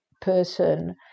person